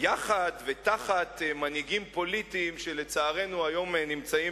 יחד ותחת מנהיגים פוליטיים שלצערנו היום נמצאים